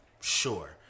sure